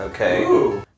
Okay